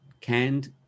canned